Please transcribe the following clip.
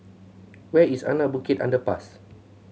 where is Anak Bukit Underpass